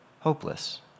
Hopeless